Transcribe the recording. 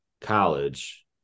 college